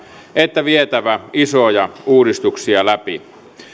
että vietävä isoja uudistuksia läpi